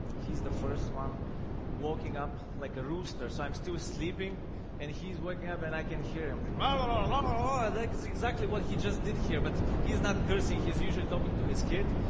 he's the first one walking up like a rooster. so i'm still sleeping and he's waking up and i can hear him ah like exactly what he just did here, but he's not cursing. he's usually talking to his kid.